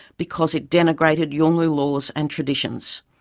because it denigrated yolngu laws and traditions.